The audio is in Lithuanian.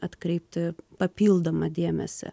atkreipti papildomą dėmesį